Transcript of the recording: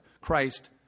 Christ